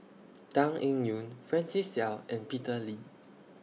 Tan Eng Yoon Francis Seow and Peter Lee